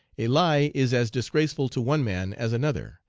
a lie is as disgraceful to one man as another,